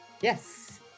Yes